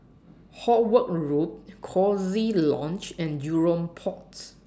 Howard Road Coziee Lodge and Jurong Port